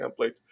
templates